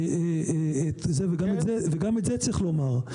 וגם את זה צריך לומר.